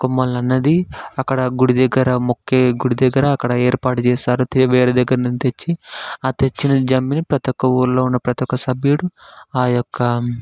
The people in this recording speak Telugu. కొమ్మలు అన్నది అక్కడ గుడి దగ్గర మొక్కే గుడి దగ్గర అక్కడ ఏర్పాటు చేస్తారు తేవయారు దగ్గర నుంచి తెచ్చి ఆ తెచ్చిన జమ్మిని ప్రతి ఒక్క ఊరిలో ఉన్న ప్రతి ఒక్క సభ్యుడు ఆ యొక్క